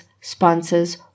Sponsors